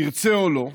נרצה או לא,